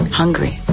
hungry